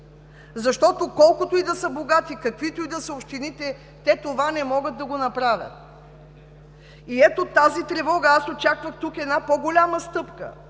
защото, колкото и да са богати общините, каквито и да са общините, те това не могат да го направят. Ето, тази тревога! Аз очаквах тук една по-голяма стъпка.